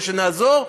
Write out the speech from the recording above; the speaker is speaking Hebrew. ושנעזור,